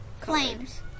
Flames